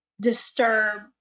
disturb